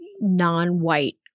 non-white